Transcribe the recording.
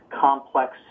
complex